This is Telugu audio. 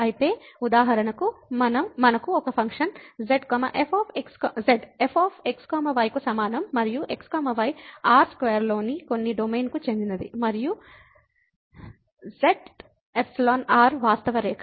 కాబట్టి ఉదాహరణకు మనకు ఒక function z f x y కు సమానం మరియు x y R స్క్వేర్లోని కొన్ని డొమైన్కు చెందినది మరియు z ∈ R వాస్తవ రేఖ